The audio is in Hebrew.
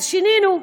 אז שינינו.